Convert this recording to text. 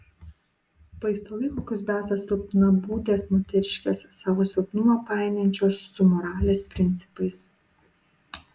paistalai kokius peza silpnabūdės moteriškės savo silpnumą painiojančios su moralės principais